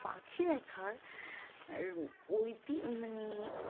পাখি দেখার ঐতি মানে